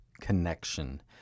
connection